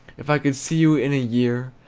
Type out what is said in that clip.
if i could see you in a year,